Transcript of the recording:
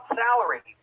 salary